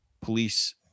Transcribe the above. police